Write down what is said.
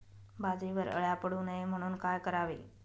बाजरीवर अळ्या पडू नये म्हणून काय करावे?